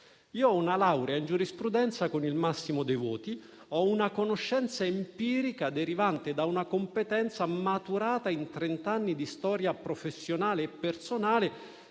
Io ho una laurea in giurisprudenza con il massimo dei voti, ho una conoscenza empirica derivante da una competenza maturata in trenta anni di storia professionale e personale,